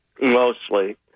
mostly